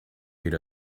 aid